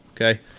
Okay